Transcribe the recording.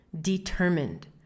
determined